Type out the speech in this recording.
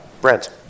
Brent